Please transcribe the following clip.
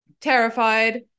terrified